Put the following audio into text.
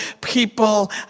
people